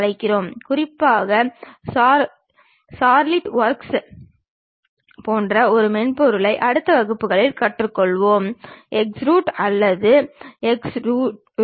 இவ்வாறாக ஒரு செங்குத்து கோடு மற்றும் 30 ° கோணத்தில் இருபுறமும் இரு கோடுகள் கொண்ட அமைப்பு ஐசோமெட்ரிக் வரைபடம் ஆகும்